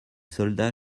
soldats